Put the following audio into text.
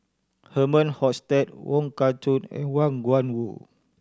Herman Hochstadt Wong Kah Chun and Wang Gungwu